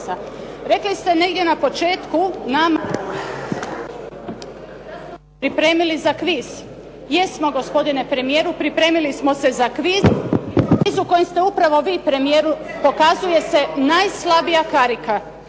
Rekli ste negdje na početku nama da smo se pripremili za kviz. Jesmo, gospodine premijeru, pripremili smo se za kviz i to kviz u kojem ste upravo vi premijeru, pokazuje se najslabija karika,